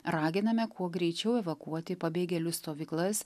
raginame kuo greičiau evakuoti pabėgėlių stovyklas